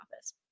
office